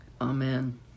Amen